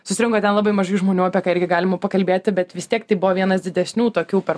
susirinko ten labai mažai žmonių apie ką irgi galima pakalbėti bet vis tiek tai buvo vienas didesnių tokių per